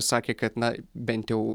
sakė kad na bent jau